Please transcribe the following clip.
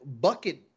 bucket